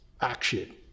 action